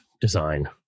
design